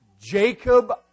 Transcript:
Jacob